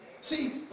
See